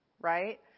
right